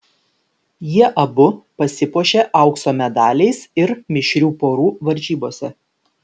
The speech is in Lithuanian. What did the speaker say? jie abu pasipuošė aukso medaliais ir mišrių porų varžybose